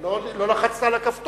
אבל לא לחצת על הכפתור.